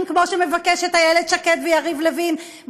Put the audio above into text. כמו שמבקשים איילת שקד ויריב לוין,